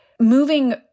Moving